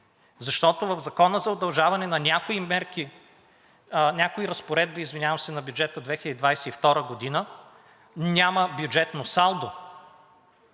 защото в Закона за удължаване на някои мерки –някои разпоредби, извинявам се, на бюджета 2022 г. няма бюджетно салдо,